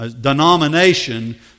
denomination